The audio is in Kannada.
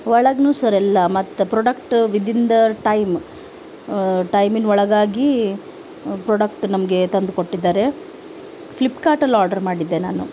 ಒಳಗ್ನೂ ಸರ್ ಎಲ್ಲ ಮತ್ತು ಪ್ರಾಡಕ್ಟ್ ವಿದಿನ್ ದ ಟೈಮ್ ಟೈಮಿನ ಒಳಗಾಗಿ ಪ್ರಾಡಕ್ಟ ನಮಗೆ ತಂದುಕೊಟ್ಟಿದ್ದಾರೆ ಫ್ಲಿಪ್ಕಾರ್ಟಲ್ಲಿ ಆರ್ಡರ್ ಮಾಡಿದ್ದೆ ನಾನು